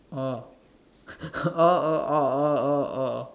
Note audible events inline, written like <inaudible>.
oh <laughs> orh orh orh orh orh orh orh